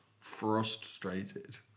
Frustrated